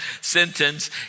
sentence